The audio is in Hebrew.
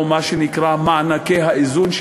או מה שנקרא מענקי האיזון,